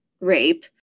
rape